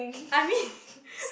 I mean